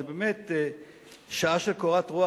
זו באמת שעה של קורת רוח,